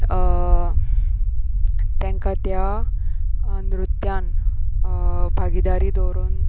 तांकां त्या नृत्यान भागीदारी दवरून